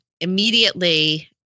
immediately